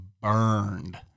burned